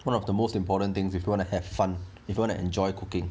one of the most important things if you wanna have fun if you wanna enjoy cooking